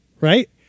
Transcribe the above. Right